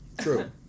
True